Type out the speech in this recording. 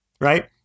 Right